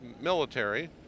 military